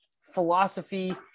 philosophy